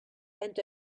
and